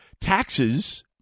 taxes